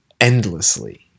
endlessly